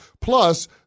Plus